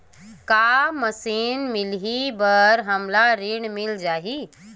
का मशीन मिलही बर हमला ऋण मिल जाही?